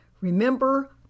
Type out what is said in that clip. Remember